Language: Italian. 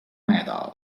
medal